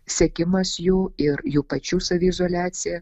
sekimas jų ir jų pačių saviizoliacija